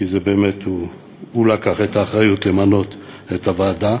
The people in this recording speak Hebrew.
כי באמת הוא לקח את האחריות למנות את הוועדה,